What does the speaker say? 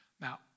Now